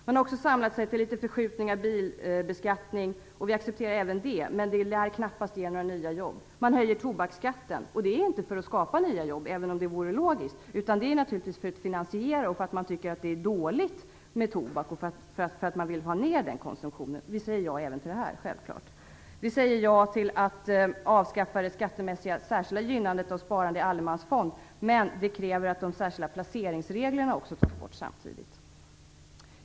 Man har också samlat sig till att föreslå litet förskjutningar av bilbeskattningen, och vi accepterar även det. Men det lär knappast ge några nya jobb. Man föreslår en höjning av tobaksskatten. Det är inte för att skapa nya jobb, även om det vore logiskt, utan det är naturligtvis för att finansiera och för att man tycker att det är dåligt med tobak och vill ha ner den konsumtionen. Vi säger självfallet även ja till detta. Vi säger också ja till att avskaffa det skattemässiga särskilda gynnandet av sparande i allemansfond. Men det kräver att de särskilda placeringsreglerna också samtidigt tas bort.